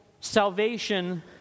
salvation